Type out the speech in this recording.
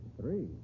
Three